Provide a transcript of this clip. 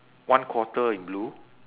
one quarter in blue